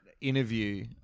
interview